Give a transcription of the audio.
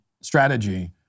strategy